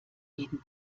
jeden